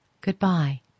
Goodbye